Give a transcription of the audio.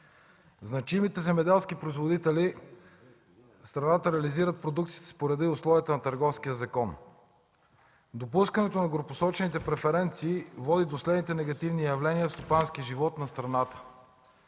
Значимите земеделски производители в страната реализират продукцията си по реда и условията на Търговския закон. Допускането на горепосочените преференции води до следните негативни явления в стопанския живот на страната: